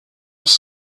was